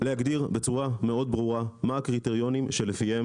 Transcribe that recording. להגדיר בצורה ברורה מאוד מה הקריטריונים שלפיהם